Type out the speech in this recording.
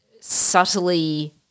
subtly